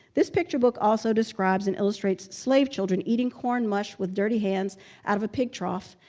this picture book also describes and illustrates slave children eating cornmeal mush with dirty hands out of a pig trough,